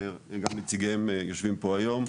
ונציגיהם גם יושבים פה היום,